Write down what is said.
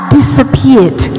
disappeared